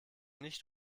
nicht